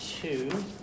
two